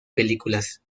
películas